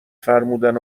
فرمودن